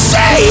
Say